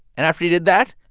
and after he did that,